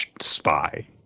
spy